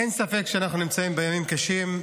אין ספק שאנחנו נמצאים בימים קשים.